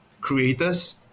creators